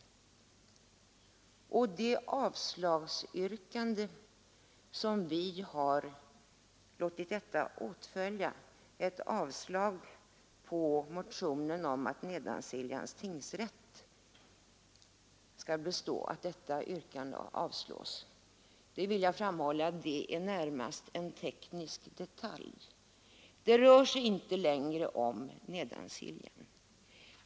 Vårt yrkande om avslag på motionen om bibehållande av Nedansiljans tingsrätt är, det vill jag framhålla, närmast en teknisk detalj. Ärendet rör sig inte längre om Nedansiljan.